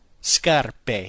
scarpe